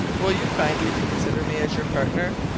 will you kindly consider me as your partner?